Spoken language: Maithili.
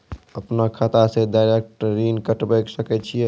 अपन खाता से डायरेक्ट ऋण कटबे सके छियै?